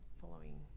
following